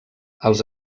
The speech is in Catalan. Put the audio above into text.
els